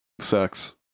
sucks